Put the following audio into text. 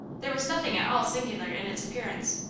there was nothing at all singular in its appearance.